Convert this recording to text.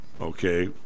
okay